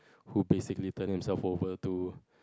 who basically turn himself over to